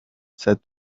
said